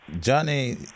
Johnny